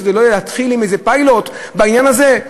שזה יתחיל עם איזה פיילוט בעניין הזה,